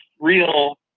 real